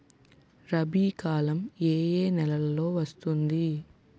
రబీ కాలం ఏ ఏ నెలలో వస్తుంది?